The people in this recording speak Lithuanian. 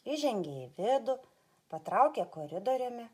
įžengė į vidų patraukė koridoriumi